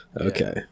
Okay